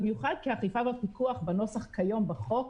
במיוחד כי האכיפה והפיקוח כיום בחוק,